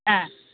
ஆ